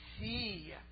see